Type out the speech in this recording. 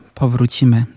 powrócimy